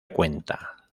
cuenta